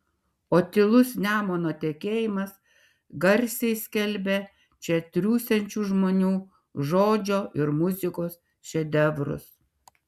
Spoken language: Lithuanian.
o tylus nemuno tekėjimas garsiai skelbia čia triūsiančių žmonių žodžio ir muzikos šedevrus